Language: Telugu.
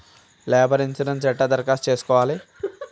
లేబర్ ఇన్సూరెన్సు ఎట్ల దరఖాస్తు చేసుకోవాలే?